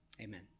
Amen